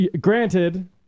Granted